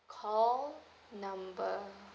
call number